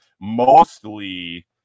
Mostly